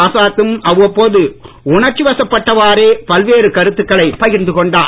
ஆசாத்தும் அவ்வப்போது உணர்ச்சிவசப் பட்டவாரே பல்வேறு கருத்துகளை பகிர்ந்து கொண்டார்